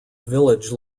village